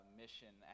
mission